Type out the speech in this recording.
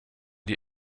die